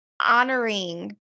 honoring